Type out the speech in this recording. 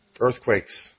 Earthquakes